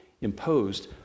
imposed